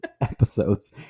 episodes